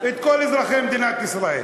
את כל אזרחי מדינת ישראל.